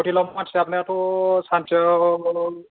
हथेलाव मानसि हाबनायाथ' सानसेयाव